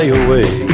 away